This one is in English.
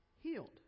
healed